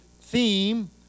theme